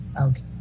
Okay